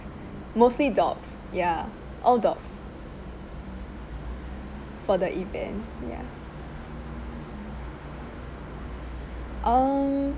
mostly dogs ya all dogs for the event ya um